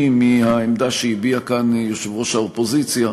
מהעמדה שהביע כאן יושב-ראש האופוזיציה.